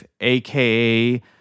aka